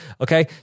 okay